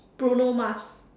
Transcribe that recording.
Bruno-Mars